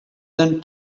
than